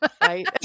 right